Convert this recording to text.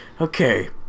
okay